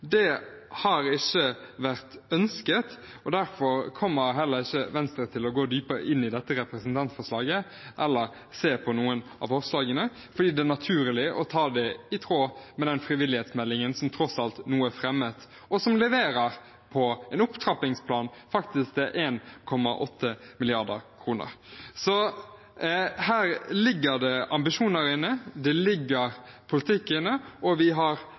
det arbeidet. Det har ikke vært ønsket, og derfor kommer heller ikke Venstre til å gå dypere inn i dette representantforslaget eller se på noen av forslagene. Det er naturlig å ta det i tråd med den frivillighetsmeldingen som tross alt nå er fremmet, og som leverer på en opptrappingsplan – til 1,8 mrd. kr. Så her ligger det ambisjoner inne, det ligger politikk inne, og vi har